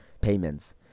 payments